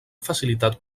facilitat